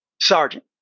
Sergeant